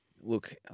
Look